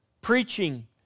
preaching